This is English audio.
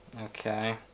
Okay